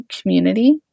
community